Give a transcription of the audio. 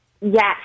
Yes